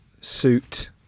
suit